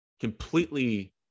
completely